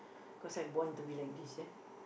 cause I born to be like this ya